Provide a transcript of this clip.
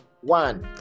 One